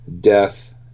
death